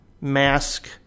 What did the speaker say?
Mask